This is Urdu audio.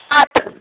آپ